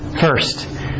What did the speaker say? First